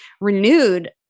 renewed